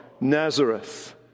Nazareth